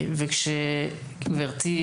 גברתי,